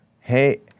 Hey